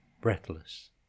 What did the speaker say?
breathless